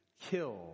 kill